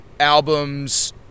albums